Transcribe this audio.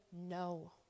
no